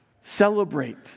celebrate